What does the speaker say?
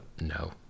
No